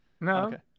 No